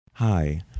Hi